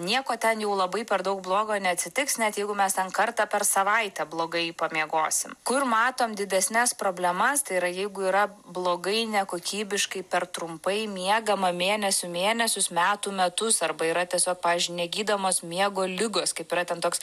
nieko ten jau labai per daug blogo neatsitiks net jeigu mes ten kartą per savaitę blogai pamiegosim kur matom didesnes problemas tai yra jeigu yra blogai nekokybiškai per trumpai miegama mėnesių mėnesius metų metus arba yra tiesiog pavyzdžiui negydomos miego ligos kaip yra ten toks